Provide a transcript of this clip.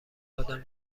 آدم